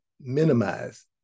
minimize